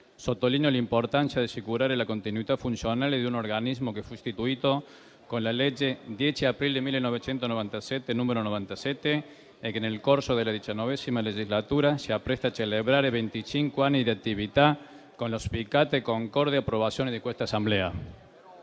Sottolineo l'importanza di assicurare la continuità funzionale di un organismo che fu istituito con la legge 10 aprile 1997, n. 97, e che nel corso della XIX legislatura si appresta a celebrare venticinque anni di attività, con l'auspicata concorde approvazione di quest'Assemblea.